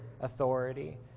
authority